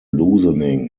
loosening